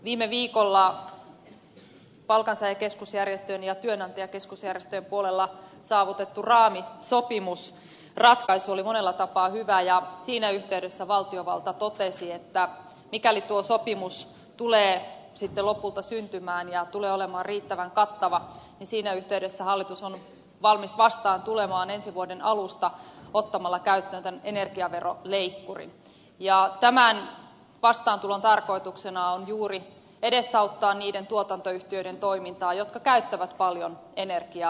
viime viikolla palkansaajakeskusjärjestöjen ja työnantajakeskusjärjestöjen puolella saavutettu raamisopimusratkaisu oli monella tapaa hyvä ja siinä yhteydessä valtiovalta totesi että mikäli tuo sopimus tulee sitten lopulta syntymään ja tulee olemaan riittävän kattava niin siinä yhteydessä hallitus on valmis tulemaan vastaan ensi vuoden alusta ottamalla käyttöön tämän energiaveroleikkurin ja tämän vastaantulon tarkoituksena on juuri edesauttaa niiden tuotantoyhtiöiden toimintaa jotka käyttävät paljon energiaa